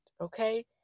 Okay